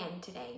today